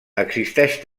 existeix